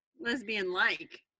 Lesbian-like